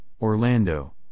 Orlando